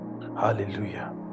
Hallelujah